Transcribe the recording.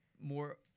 more